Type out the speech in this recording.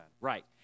Right